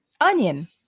Onion